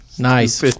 Nice